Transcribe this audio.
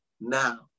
now